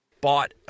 bought